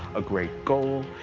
a great goal,